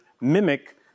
mimic